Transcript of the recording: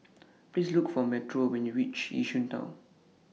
Please Look For Metro when YOU REACH Yishun Town